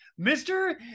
Mr